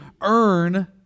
earn